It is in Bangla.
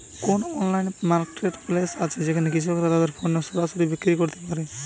কোন অনলাইন মার্কেটপ্লেস আছে যেখানে কৃষকরা তাদের পণ্য সরাসরি বিক্রি করতে পারে?